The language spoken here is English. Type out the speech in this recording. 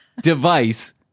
device